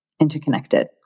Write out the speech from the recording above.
interconnected